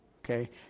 Okay